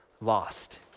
lost